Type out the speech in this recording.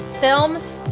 films